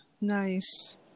nice